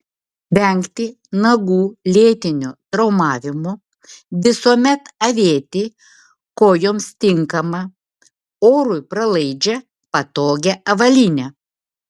vengti nagų lėtinio traumavimo visuomet avėti kojoms tinkamą orui pralaidžią patogią avalynę